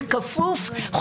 כפוף.